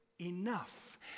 enough